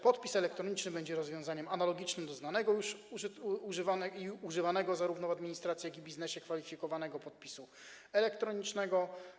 Podpis elektroniczny będzie rozwiązaniem analogicznym do znanego już i używanego zarówno w administracji, jak i w biznesie kwalifikowanego podpisu elektronicznego.